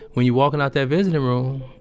when you walkin' out that visiting room,